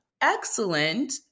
excellent